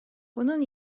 bunun